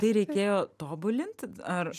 tai reikėjo tobulint ar